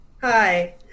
Hi